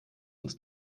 uns